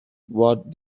what